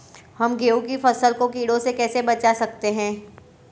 हम गेहूँ की फसल को कीड़ों से कैसे बचा सकते हैं?